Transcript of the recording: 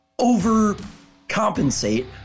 overcompensate